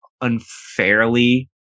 unfairly